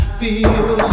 feel